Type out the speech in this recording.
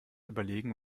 überlegen